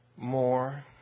More